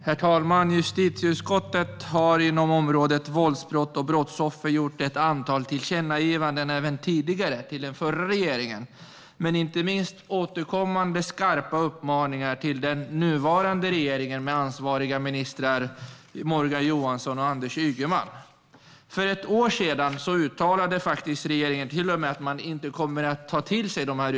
Herr talman! Justitieutskottet har inom området våldsbrott och brottsoffer gjort ett antal tillkännagivanden, även till den förra regeringen. Men vi har inte minst kommit med återkommande skarpa uppmaningar till nuvarande regering och de ansvariga ministrarna Morgan Johansson och Anders Ygeman. För ett år sedan uttalade regeringen till och med att de inte kommer att ta till sig uppmaningarna.